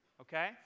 okay